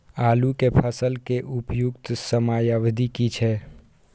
आलू के फसल के उपयुक्त समयावधि की छै?